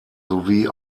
sowie